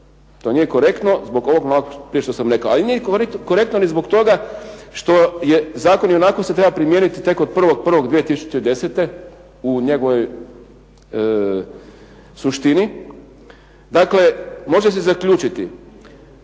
To nije korektno zbog ovog malo prije što sam rekao, ali nije korektno ni zbog toga što je zakon ionako se treba primijeniti tek od 1.1.2010. u njegovoj suštini, dakle može se zaključiti,